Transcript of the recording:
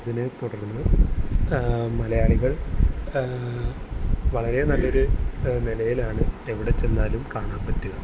ഇതിനെ തുടർന്ന് മലയാളികൾ വളരെ നല്ലൊരു നിലയിലാണ് എവിടെ ചെന്നാലും കാണാൻ പറ്റുക